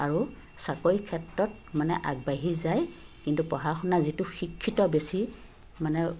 আৰু চাকৰি ক্ষেত্ৰত মানে আগবাঢ়ি যায় কিন্তু পঢ়া শুনা যিটো শিক্ষিত বেছি মানে